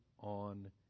on